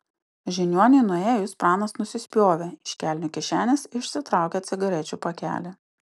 žiniuoniui nuėjus pranas nusispjovė iš kelnių kišenės išsitraukė cigarečių pakelį